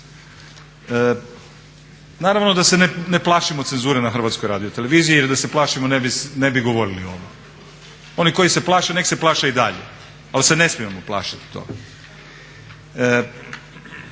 Naravno da se ne plašimo cenzure na Hrvatskoj radioteleviziji jer da se plašimo ne bi govorili o ovome. Oni koji se plaše neka se plaše i dalje ali se ne smijemo plašiti toga.